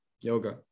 yoga